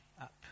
up